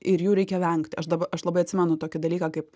ir jų reikia vengti aš daba aš labai atsimenu tokį dalyką kaip